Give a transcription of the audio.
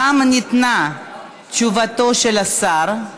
גם ניתנה תשובתו של השר.